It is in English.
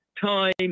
time